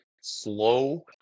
slow